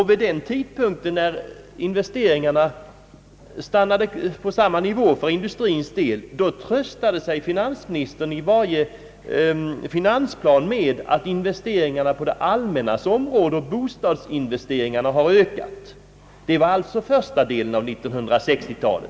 Vid den tidpunkt då investeringarna stannade på samma nivå för industrins del, tröstade sig finansministern i varje fall i finansplanen med att investeringarna på det allmännas område och bostadsinvesteringarna hade ökat. Det var alltså under första delen av 1960 talet.